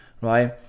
right